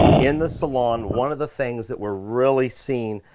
in the salon, one of the things that we're really seen,